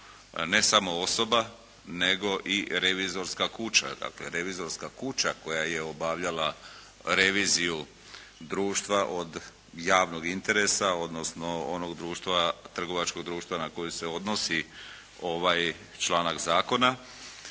ne samo osoba nego i revizorska kuća dakle revizorska kuća koja je obavljala reviziju društva od javnog interesa odnosno onog društva, trgovačkog društva na kojeg se odnosi ovaj članak zakona.